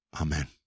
Amen